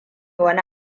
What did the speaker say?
wani